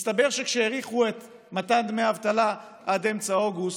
מסתבר שכשהאריכו את מתן דמי האבטלה עד אמצע אוגוסט,